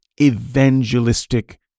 evangelistic